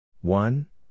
one